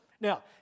Now